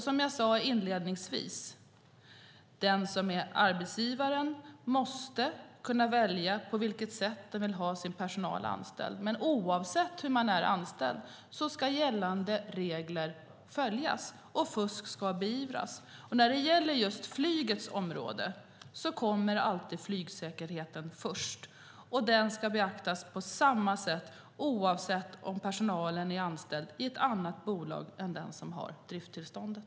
Som jag sade inledningsvis måste den som är arbetsgivare kunna välja på vilket sätt den vill ha sin personal anställd. Men oavsett hur man är anställd ska gällande regler följas och fusk beivras. När det gäller just flygets område kommer alltid flygsäkerheten först. Den ska beaktas på samma sätt oavsett om personalen är anställd i ett annat bolag än det som har drifttillståndet.